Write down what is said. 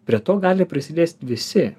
prie to gali prisiliest visi